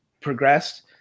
progressed